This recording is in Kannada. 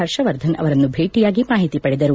ಹರ್ಷವರ್ಧನ್ ಅವರನ್ನು ಭೇಟಿಯಾಗಿ ಮಾಹಿತಿ ಪಡೆದರು